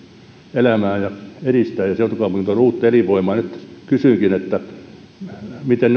elämää edistää seutukaupunki tuo uutta elinvoimaa ja nyt kysynkin miten